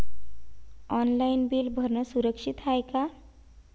Online bill भरनं सुरक्षित हाय का?